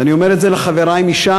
ואני אומר את זה לחברי מש"ס,